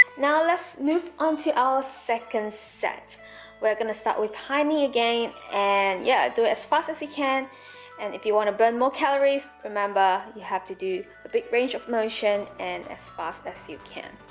now let's move on to our second set we're going to start with high knee again and yeah do it as fast as you can and if you want to burn more calories remember you have to do a big range of motion and as fast as you can